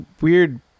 weird